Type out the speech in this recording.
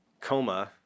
coma